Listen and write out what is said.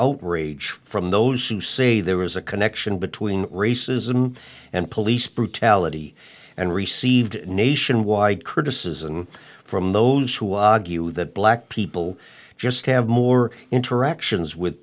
outrage from those who say there was a connection between racism and police brutality and received nationwide criticism from those who argue that black people just have more interactions with